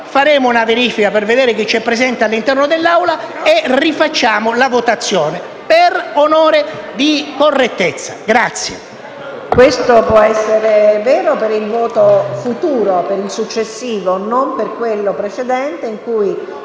Faremo una verifica per vedere chi è presente all'interno dell'Aula e rifacciamo la votazione», per onore di correttezza.